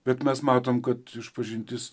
bet mes matom kad išpažintis